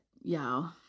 y'all